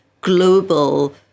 global